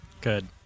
Good